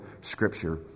scripture